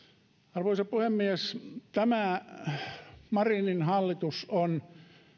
arvoisa puhemies tämä marinin hallitus on